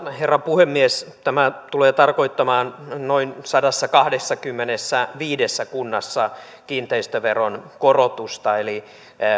herra puhemies tämä tulee tarkoittamaan noin sadassakahdessakymmenessäviidessä kunnassa kiinteistöveron korotusta eli